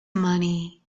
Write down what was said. money